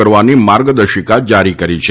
કરવાની માર્ગદર્શિકા જારી કરી છે